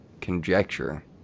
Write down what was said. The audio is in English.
conjecture